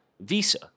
Visa